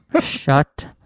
Shut